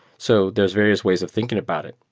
so there're various ways of thinking about it.